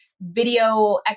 video